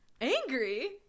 Angry